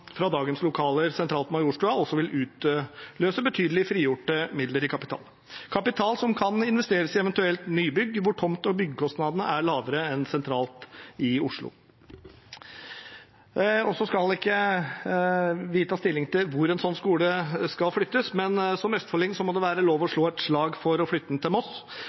fra dagens lokaler sentralt på Majorstua vil også utløse betydelige frigjorte midler i kapital, kapital som eventuelt kan investeres i nybygg der tomte- og byggekostnadene er lavere enn sentralt i Oslo. Vi skal ikke ta stilling til hvor en sånn skole skal flyttes, men for en østfolding må det være lov å slå et slag for å flytte den til Moss.